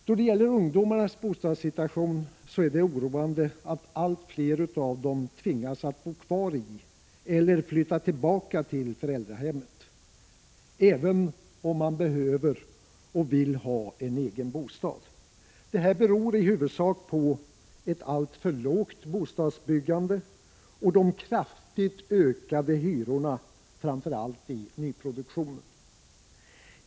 Då det gäller ungdomarnas bostadssituation är det oroande att allt fler av dem tvingas bo kvar i eller flytta tillbaka till föräldrahemmet trots att de både behöver och vill ha en egen bostad. Det här beror i huvudsak på ett alltför lågt bostadsbyggande och de kraftigt ökade hyrorna framför allt i nyproduktion.